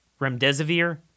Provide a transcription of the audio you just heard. remdesivir